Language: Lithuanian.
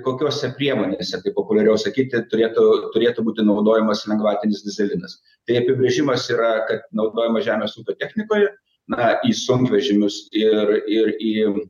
kokiose priemonėse taip populiariau sakyti turėtų turėtų būti naudojamas lengvatinis dyzelinas tai apibrėžimas yra kad naudojama žemės ūkio technikoje na į sunkvežimius ir ir į